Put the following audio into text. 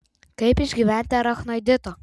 kaip išvengti arachnoidito